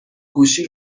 گوشی